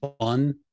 fun